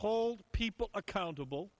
hold people accountable